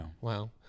Wow